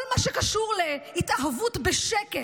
כל מה שקשור להתאהבות בשקט,